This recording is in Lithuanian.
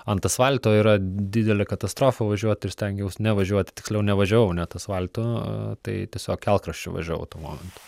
ant asfalto yra didelė katastrofa važiuot ir stengiausi nevažiuoti tiksliau nevažiavau net asfaltu tai tiesiog kelkraščiu važiavau tuo momentu